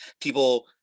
people